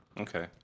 Okay